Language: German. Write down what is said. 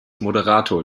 moderator